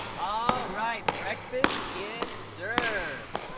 all right, breakfast is served.